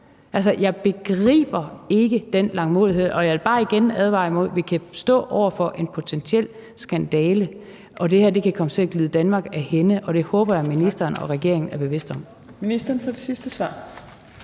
Altså, jeg begriber ikke den langmodighed, og jeg vil bare igen advare imod, at vi kan stå over for en potentiel skandale og det her kan komme til at glide Danmark af hænde. Det håber jeg ministeren og regeringen er bevidste om.